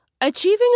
Achieving